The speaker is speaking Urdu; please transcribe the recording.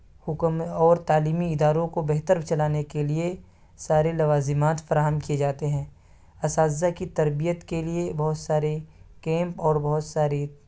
حکم اور تعلیمی اداروں کو بہتر چلانے کے لیے سارے لوازمات فراہم کیے جاتے ہیں اساتذہ کی تربیت کے لیے بہت سارے گیم اور بہت ساری